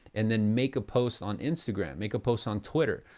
and then make a post on instagram, make a post on twitter.